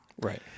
Right